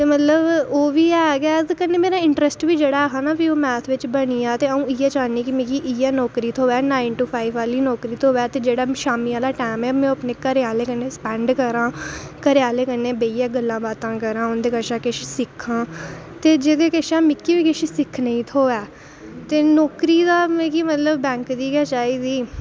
ते ओह्बी ऐ ते कन्नै मेरा जेह्ड़ा इंटरस्ट ऐहा ना ओह् मैथ बिच बनी आ ते अं'ऊ इ'यै चाह्नीं की मिगी इयै नौकरी थ्होई जा नाईन टू फाइव आह्ली नौकरी थ्होऐ ते जेह्ड़ा नाईट आह्ला टैम ऐ ओह् में अपने घरें आह्ले कन्नै स्पैंड करांऽ घरें आह्लें कन्नै गल्लां बातां करां उंदे कशा किश सिक्खां ते जेह्दे कशा मिगी बी किश सिक्खनै गी थ्होऐ ते नौकरी दा मिगी मतलब बैंक दी गै चाहिदी